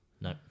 no